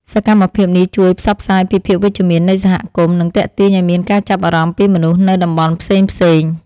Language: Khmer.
សកម្មភាពនេះជួយផ្សព្វផ្សាយពីភាពវិជ្ជមាននៃសហគមន៍ និងទាក់ទាញឱ្យមានការចាប់អារម្មណ៍ពីមនុស្សនៅតំបន់ផ្សេងៗ។